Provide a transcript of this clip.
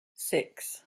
six